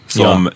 som